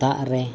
ᱫᱟᱜ ᱨᱮ